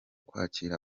kwakira